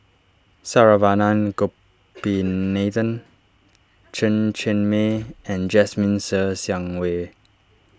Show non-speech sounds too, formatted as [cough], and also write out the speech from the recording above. Saravanan [noise] Gopinathan Chen Cheng Mei and Jasmine Ser Xiang Wei